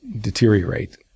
deteriorate